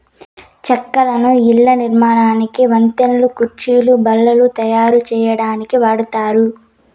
చెక్కను ఇళ్ళ నిర్మాణానికి, వంతెనలు, కుర్చీలు, బల్లలు తాయారు సేయటానికి వాడతారు